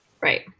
Right